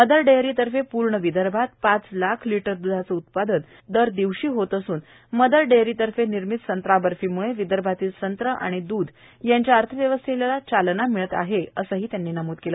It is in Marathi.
मदर डेअरीतर्फे पूर्ण विदर्भात पाच लाख लिटर दुधाचे उत्पादन दर दिवशी होत असून मदर डेरीतर्फे निर्मित संत्राबर्फीमुळे विदर्भातील संत्रा आणि दुध यांच्या अर्थव्यवस्थेला चालना मिळत आहे असेही त्यांनी नमूद केले